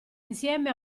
insieme